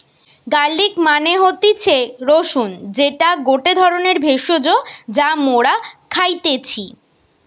garlic মানে হতিছে রসুন যেটা গটে ধরণের ভেষজ যা মরা খাইতেছি